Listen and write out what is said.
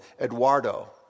Eduardo